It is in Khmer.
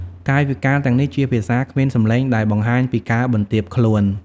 កាយវិការទាំងនេះជាភាសាគ្មានសំឡេងដែលបង្ហាញពីការបន្ទាបខ្លួន។